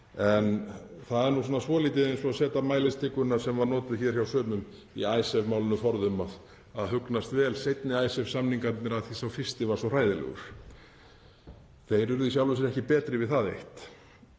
en það er nú svolítið eins og að setja mælistikuna sem var notuð hjá sumum í Icesave-málinu forðum, að hugnast vel seinni Icesave-samningarnir af því sá fyrsti var svo hræðilegur. Þeir urðu í sjálfu sér ekki betri við það eitt.